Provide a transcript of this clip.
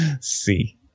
See